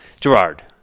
Gerard